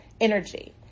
energy